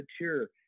mature